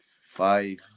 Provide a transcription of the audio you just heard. five